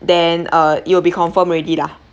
then uh it will be confirm already lah